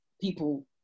people